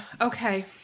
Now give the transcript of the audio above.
okay